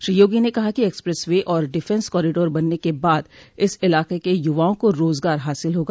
श्री योगी ने कहा कि एक्सप्रेस वे और डिफेंस कॉरीडोर बनने के बाद इलाक के य़वाओं को रोज़गार हासिल होगा